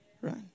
Right